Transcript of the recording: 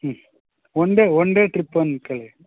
ಹ್ಞೂ one day one day trip ಅಂದ್ಕಳಿ